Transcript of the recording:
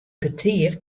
petear